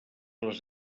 les